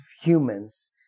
humans